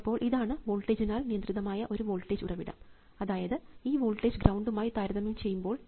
അപ്പോൾ ഇതാണ് വോൾട്ടേജിനാൽ നിയന്ത്രിതമായ ഒരു വോൾട്ടേജ് ഉറവിടം അതായത് ഈ വോൾട്ടേജ് ഗ്രൌണ്ടുമായി താരതമ്യം ചെയ്യുമ്പോൾ V 1 ആണ് ഇതാണ് V 2